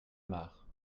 mare